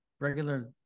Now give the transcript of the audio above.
regular